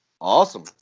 Awesome